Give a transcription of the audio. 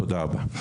תודה רבה.